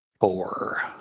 four